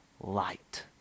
light